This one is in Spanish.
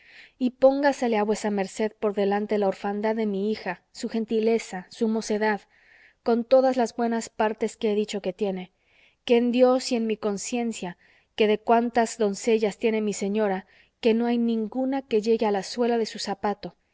y póngasele a vuesa merced por delante la orfandad de mi hija su gentileza su mocedad con todas las buenas partes que he dicho que tiene que en dios y en mi conciencia que de cuantas doncellas tiene mi señora que no hay ninguna que llegue a la suela de su zapato